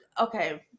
okay